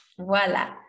Voilà